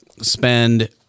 spend